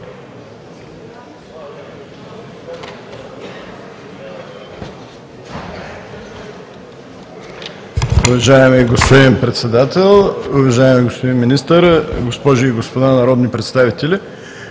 Уважаеми господин Председател, уважаеми господин Министър, госпожи и господа народни представители!